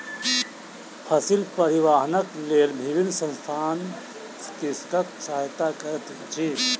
फसिल परिवाहनक लेल विभिन्न संसथान कृषकक सहायता करैत अछि